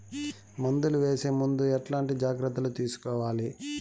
మందులు వేసే ముందు ఎట్లాంటి జాగ్రత్తలు తీసుకోవాలి?